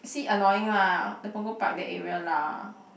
see annoying lah the Punggol Park that area lah